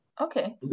Okay